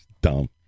Dumb